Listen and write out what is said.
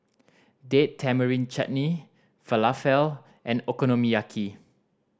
Date Tamarind Chutney Falafel and Okonomiyaki